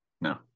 no